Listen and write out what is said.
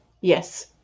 Yes